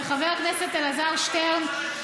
וחבר הכנסת אלעזר שטרן,